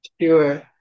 Sure